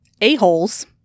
a-holes